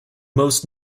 most